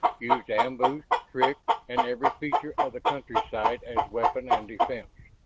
used ambush, trick, and every feature of the countryside as weapon and defense.